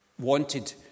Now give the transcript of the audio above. wanted